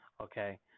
Okay